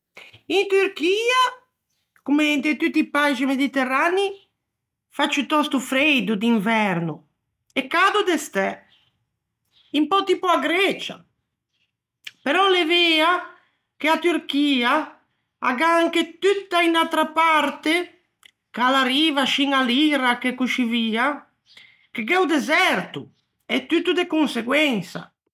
In Turchia, comme inte tutti i paixi mediterranei, fa ciutòsto freido d'inverno, e cado de stæ. Un pö tipo a Grecia: Però l'é veo che a Turchia, a gh'à anche tutta unn'atra parte, che a l'arriva scin à l'Irak e coscì via, che gh'é o deserto, e tutto de conseguensa.